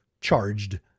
charged